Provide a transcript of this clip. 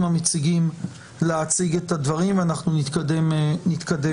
המציגים להציג את הדברים ונתקדם בדיון.